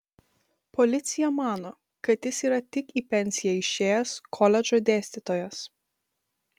policija mano kad jis yra tik į pensiją išėjęs koledžo dėstytojas